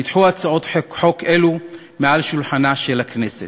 נדחו הצעות חוק אלו מעל שולחנה של הכנסת.